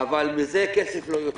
אבל מזה כסף לא יוצא.